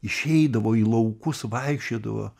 išeidavo į laukus vaikščiodavo